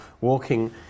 walking